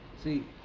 See